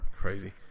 Crazy